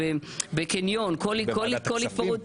בקניון --- בוועדת הכספים?